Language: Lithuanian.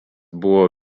buvo